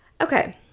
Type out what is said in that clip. okay